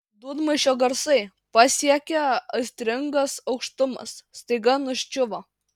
dūdmaišio garsai pasiekę aistringas aukštumas staiga nuščiuvo